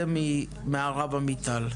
זה מהרב עמיטל.